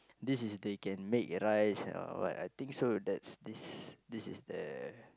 this is they can make rice or what I think so that's this this is the